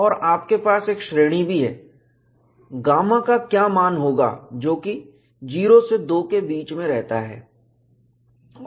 और आपके पास एक श्रेणी भी है गामा का क्या मान होगा जो कि 0 से 2 के बीच में रहता है